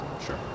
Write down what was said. Sure